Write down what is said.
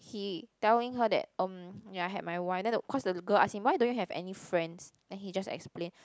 he telling her that um ya I had my wife then the cause the girl ask him why don't you have any friends then he just explain